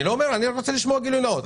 אני רק רוצה לשמוע גילוי נאות,